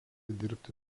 dirbti